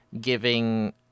giving